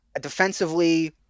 defensively